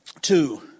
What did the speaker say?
Two